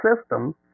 system